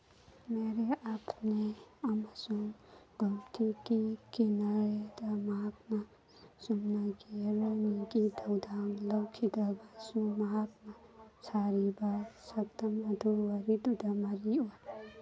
ꯃꯦꯔꯦ ꯑꯞꯅꯦ ꯑꯃꯁꯨꯡ ꯒꯣꯝꯇꯤ ꯀꯤ ꯀꯤꯅꯥꯔꯦꯗ ꯃꯍꯥꯛꯅ ꯆꯨꯝꯅꯒꯤ ꯍꯦꯔꯣꯅꯤꯒꯤ ꯊꯧꯗꯥꯡ ꯂꯧꯈꯤꯗ꯭ꯔꯕꯁꯨ ꯃꯍꯥꯛꯅ ꯁꯥꯔꯤꯕ ꯁꯛꯇꯝ ꯑꯗꯨ ꯋꯥꯔꯤꯗꯨꯗ ꯃꯔꯤ ꯑꯣꯏ